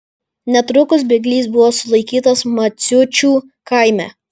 netrukus bėglys buvo sulaikytas maciučių kaime